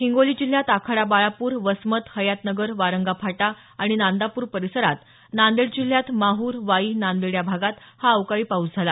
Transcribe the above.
हिंगोली जिलह्यात आखाडा बाळापूर वसमत हयातनगर वारंगा फाटा आणि नांदापूर परिसरात नांदेड जिल्ह्यात माहूर वाई नांदेड या भागात हा अवकाळी पाऊस पडला